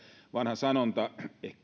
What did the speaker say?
vanha sanonta